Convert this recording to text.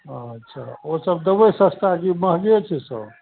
अच्छा ओ सब देबय सस्ता की महँगे छै सब